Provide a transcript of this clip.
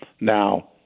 Now